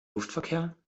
luftverkehr